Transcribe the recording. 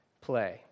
play